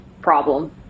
problem